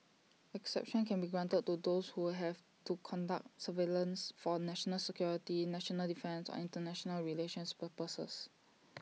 exceptions can be granted to those who have to conduct surveillance for national security national defence and International relations purposes